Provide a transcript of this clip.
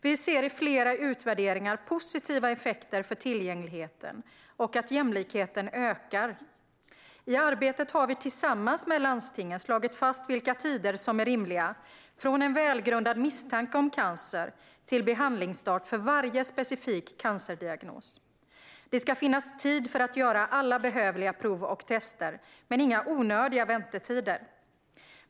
Vi ser i flera utvärderingar positiva effekter för tillgängligheten och att jämlikheten ökar. I arbetet har vi tillsammans med landstingen slagit fast vilka tider som är rimliga för varje specifik cancerdiagnos, från en välgrundad misstanke om cancer till behandlingsstart. Det ska finnas tid att göra alla behövliga prov och tester, men det ska inte finnas några onödiga väntetider.